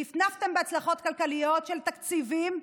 נפנפתם בהצלחות כלכליות של תקציבים,